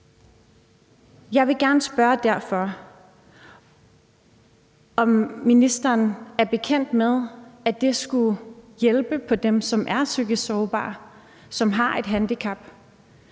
derfor gerne spørge, om ministeren er bekendt med, at det skulle hjælpe dem, som er psykisk sårbare, og som har et handicap.